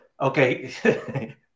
okay